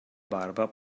barba